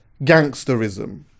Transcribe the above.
gangsterism